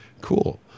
cool